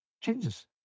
Jesus